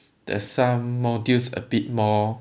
there's some modules a bit more